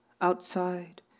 Outside